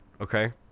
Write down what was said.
Okay